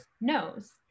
knows